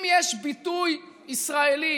אם יש ביטוי ישראלי